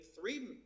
three